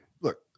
look